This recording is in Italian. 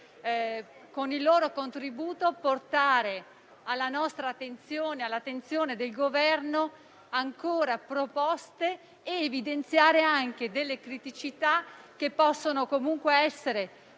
con il loro contributo, portare alla nostra attenzione e a quella del Governo ancora proposte ed evidenziare delle criticità che possono comunque essere